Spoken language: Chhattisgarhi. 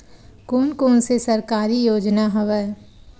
कोन कोन से सरकारी योजना हवय?